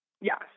yes